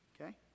Okay